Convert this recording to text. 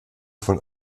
von